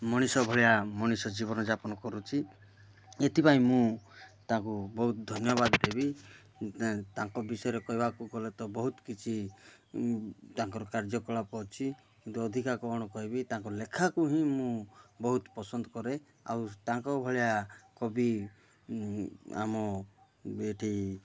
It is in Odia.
ମଣିଷ ଭଳିଆ ମଣିଷ ଜୀବନଯାପନ କରୁଛି ଏଥିପାଇଁ ମୁଁ ତାଙ୍କୁ ବହୁତ ଧନ୍ୟବାଦ ଦେବି ତାଙ୍କ ବିଷୟରେ କହିବାକୁ ଗଲେ ତ ବହୁତ କିଛି ତାଙ୍କର କାର୍ଯ୍ୟକଳାପ ଅଛି କିନ୍ତୁ ଅଧିକା କ'ଣ କହିବି ତାଙ୍କ ଲେଖାକୁ ହିଁ ମୁଁ ବହୁତ ପସନ୍ଦ କରେ ଆଉ ତାଙ୍କ ଭଳିଆ କବି ଆମ ଏଠି